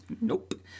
Nope